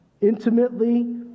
intimately